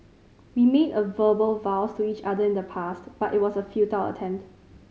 we made verbal vows to each other in the past but it was a futile attempt